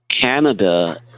Canada